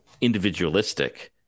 individualistic